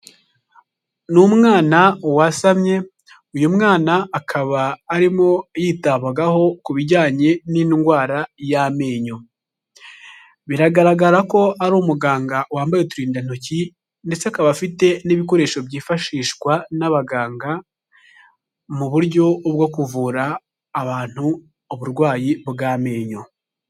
Ni umwana wasamye, uyu mwana akaba arimo yitabwagaho ku bijyanye n'indwara y'amenyo, biragaragara ko ari umuganga, wambaye uturindantoki ndetse akaba afite n'ibikoresho byifashishwa n'abaganga, mu buryo bwo kuvura abantu uburwayi bw'amenyo.